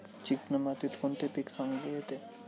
Chicken मातीत कोणते पीक चांगले येते?